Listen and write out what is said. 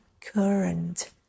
current